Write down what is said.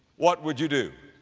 what would you do?